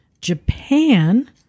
Japan